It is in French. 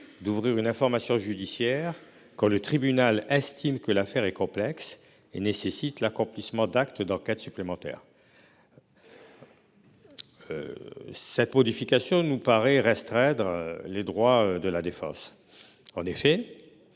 d'ouvrir une information judiciaire quand le tribunal estime que l'affaire est complexe et nécessite l'accomplissement d'actes d'enquête supplémentaires. Cette modification nous paraît restreindre les droits de la défense. En effet,